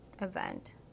event